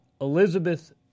Elizabeth